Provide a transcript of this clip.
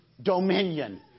dominion